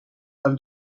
tal